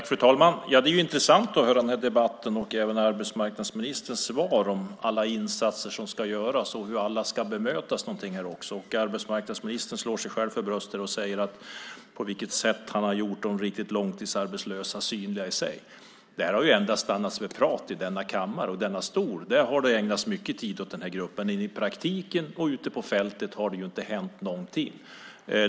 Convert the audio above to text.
Fru talman! Det är intressant att höra den här debatten och även arbetsmarknadsministerns svar om alla insatser som ska göras och hur alla ska bemötas. Arbetsmarknadsministern slår sig för bröstet och talar om på vilket sätt han har gjort de riktigt långtidsarbetslösa synliga. Det har varit mycket prat om det i denna kammare. Det har ägnats mycket tid åt denna grupp. Men i praktiken och ute på fältet har det inte hänt någonting.